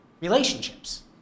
Relationships